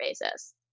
basis